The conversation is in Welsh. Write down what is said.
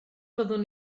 byddwn